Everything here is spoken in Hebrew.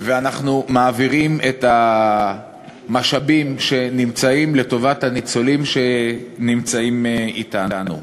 ואנחנו מעבירים את המשאבים שנמצאים לטובת הניצולים שנמצאים אתנו.